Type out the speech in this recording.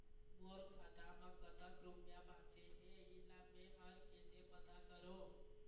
मोर खाता म कतक रुपया बांचे हे, इला मैं हर कैसे पता करों?